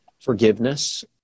forgiveness